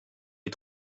les